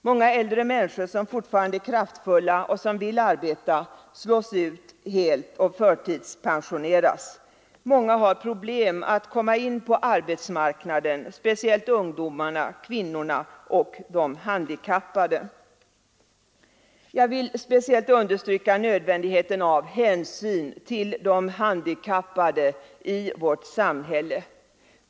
Många äldre människor, som fortfarande är kraftfulla och vill arbeta, slås ut helt och förtidspensioneras. Många har problem med att komma in på arbetsmarknaden — speciellt ungdomarna, kvinnorna och de handikappade. Jag vill särskilt understryka nödvändigheten av hänsyn till de handikappade i vårt samhälle.